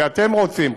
כי אתם רוצים,